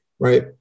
right